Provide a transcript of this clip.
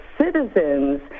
citizens